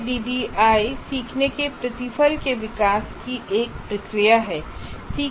ADDIE सीखने के प्रतिफल के विकास की एक प्रक्रिया है